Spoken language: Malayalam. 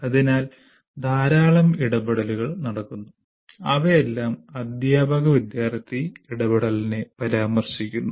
അതിനാൽ ധാരാളം ഇടപെടലുകൾ നടക്കുന്നു അവയെല്ലാം അധ്യാപക വിദ്യാർത്ഥി ഇടപെടലിനെ പരാമർശിക്കുന്നു